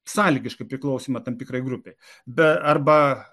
sąlygiškai priklausymą tam tikrai grupei be arba